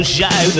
Show